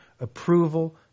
approval